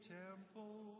temple